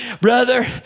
brother